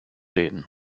reden